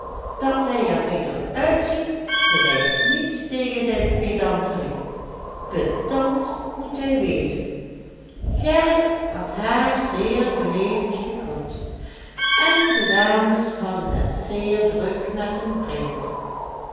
dat hij er redelijk uitziet bewijst niets tegen zijn pedanterie pedant moet hij wezen gerrit had haar zeer beleefd gegroet en de dames hadden het zeer druk met de vreemde